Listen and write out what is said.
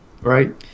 right